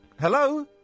hello